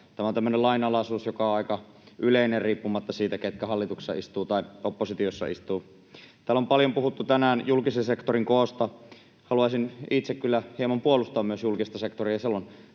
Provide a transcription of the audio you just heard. Tämä on tämmöinen lainalaisuus, joka on aika yleinen riippumatta siitä, ketkä hallituksessa istuvat tai oppositiossa istuvat. Täällä on paljon puhuttu tänään julkisen sektorin koosta. Haluaisin itse kyllä hieman myös puolustaa julkista sektoria.